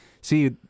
see